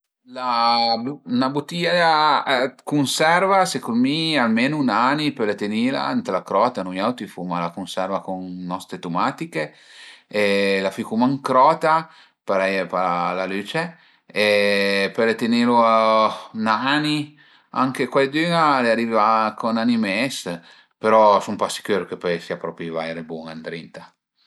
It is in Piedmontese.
Üna butìa dë cunserva secund mi almenu ün ani pöle tenila ën la crota, nui auti fuma la cunserva cun noste tumatiche e la ficuma ën crota, parei a ie pa la lüce e pöle tenilu ün ani, anche cuaidün-a al e arivà co a ün ani e mes però sun pa sicür ch'a sìa pöi vaire bun-a ëndrinta